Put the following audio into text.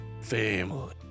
Family